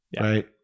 right